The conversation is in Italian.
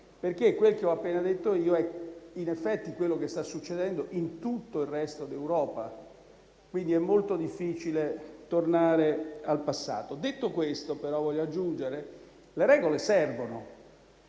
perché quel che ho appena detto è in effetti quello che sta succedendo in tutto il resto d'Europa. È molto difficile tornare al passato. Detto questo, voglio però aggiungere che le regole servono